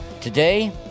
Today